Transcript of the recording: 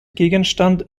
gegenstand